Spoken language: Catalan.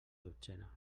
dotzena